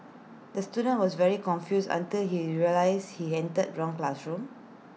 the student was very confused until he realised he entered the wrong classroom